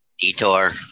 Detour